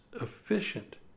efficient